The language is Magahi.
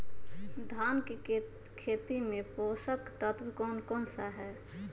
धान की खेती में पोषक तत्व कौन कौन सा है?